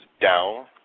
down